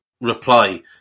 reply